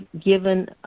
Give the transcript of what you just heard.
given